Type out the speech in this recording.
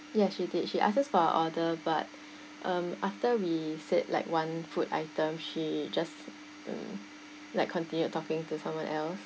yes she did she ask us for our order but um after we said like one food item she just mm like continued talking to someone else